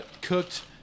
cooked